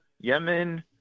Yemen